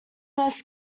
most